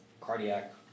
cardiac